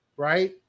Right